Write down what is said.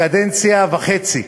בקדנציה וחצי.